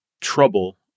trouble